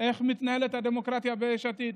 איך מתנהלת הדמוקרטיה ביש עתיד.